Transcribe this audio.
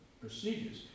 procedures